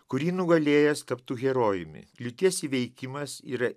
kurį nugalėjęs taptų herojumi lyties įveikimas yra